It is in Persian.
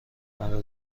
مرا